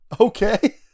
Okay